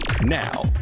Now